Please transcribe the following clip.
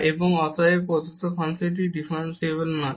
এবং অতএব প্রদত্ত ফাংশনটি ডিফারেনসিবল নয়